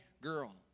girl